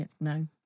No